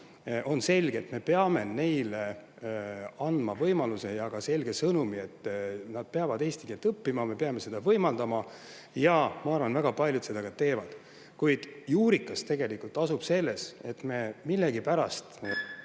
On selge, et me peame neile andma võimaluse ja ka selge sõnumi, et nad peavad eesti keelt õppima. Me peame seda võimaldama. Ja ma arvan, et väga paljud seda ka teevad. [Probleemi] juurikas tegelikult on selles, et me millegipärast